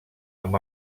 amb